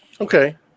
Okay